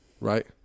right